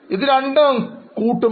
ഇത് പ്രത്യേകം കാണിക്കുന്നു